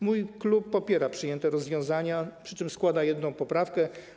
Mój klub popiera przyjęte rozwiązania, przy czym składa jedną poprawkę.